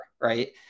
Right